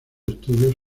estudios